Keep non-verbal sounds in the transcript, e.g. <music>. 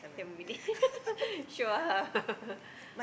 <laughs> sure